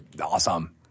Awesome